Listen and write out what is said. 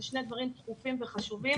אלה שני דברים דחופים וחשובים.